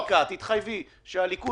עוד פעם, היא תצטרך לקבל פטור מחובת הנחה